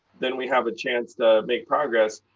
then we have a chance to make progress.